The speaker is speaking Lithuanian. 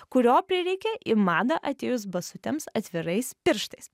kurio prireikė į madą atėjus basutėms atvirais pirštais